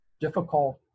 difficult